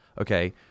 Okay